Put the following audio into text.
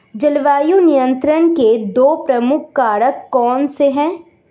जलवायु नियंत्रण के दो प्रमुख कारक कौन से हैं?